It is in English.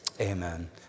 amen